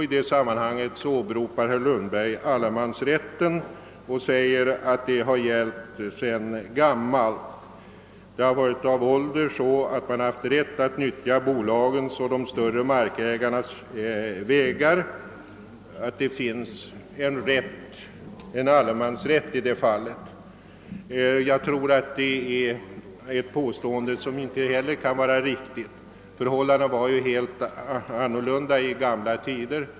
I det sammanhanget åbe ropar herr Lundberg allemansrätten. Han säger att man av ålder haft rätt att nyttja bolagens och de större markägarnas vägar. Det påståendet kan inte heller vara riktigt. Förhållandena var ju helt andra i gamla tider.